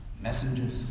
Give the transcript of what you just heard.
messengers